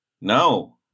no